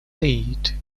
seat